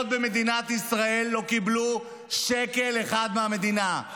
במדינת ישראל לא קיבלו שקל אחד מהמדינה,